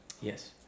Yes